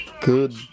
good